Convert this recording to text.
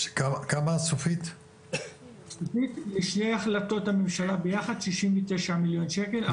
סופית לשתי ההחלטות הממשלה ביחד שישים ותשעה מיליון שקל.